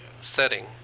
setting